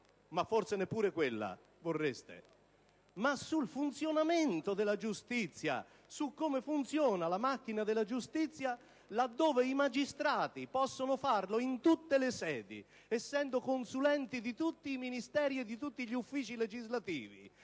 (ma forse neppure ciò vorreste), ma anche il funzionamento della giustizia, su come funziona la macchina della giustizia. Ricordo che i magistrati possono farlo in tutte le sedi, essendo consulenti di tutti i Ministeri, degli uffici legislativi